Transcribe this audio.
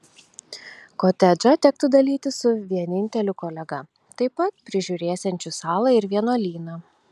kotedžą tektų dalytis su vieninteliu kolega taip pat prižiūrėsiančiu salą ir vienuolyną